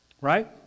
right